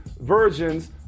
versions